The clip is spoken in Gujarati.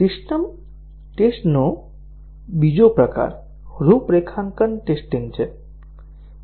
સિસ્ટમ ટેસ્ટનો બીજો પ્રકાર રૂપરેખાંકન ટેસ્ટીંગ છે